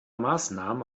maßnahmen